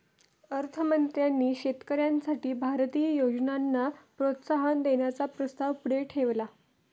अर्थ मंत्र्यांनी शेतकऱ्यांसाठी भारतीय योजनांना प्रोत्साहन देण्याचा प्रस्ताव पुढे ठेवला